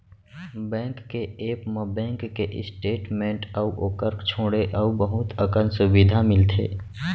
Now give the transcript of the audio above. bank के app म bank के स्टेट मेंट अउ ओकर छोंड़े अउ बहुत अकन सुबिधा मिलथे